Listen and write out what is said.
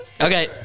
Okay